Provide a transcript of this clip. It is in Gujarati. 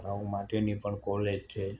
છોકરાઓ માટેની પણ કૉલેજ છે